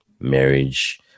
marriage